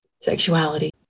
sexuality